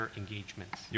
engagements